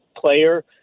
player